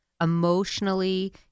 emotionally